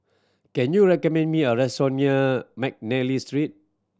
can you recommend me a restaurant near McNally Street